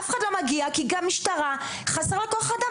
אף אחד לא מגיע, כי גם המשטרה, חסר לה כוח אדם.